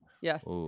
Yes